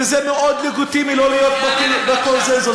האם תהית פעם למה באמת אותה קבוצה שאתה